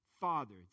Father